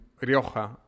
Rioja